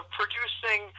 producing